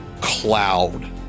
cloud